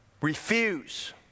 Refuse